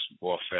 warfare